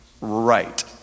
right